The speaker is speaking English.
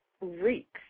reeks